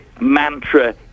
mantra